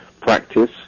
practice